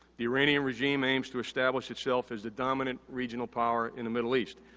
the iranian regime aims to establish itself as the dominant regional power in the middle east.